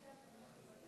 כבוד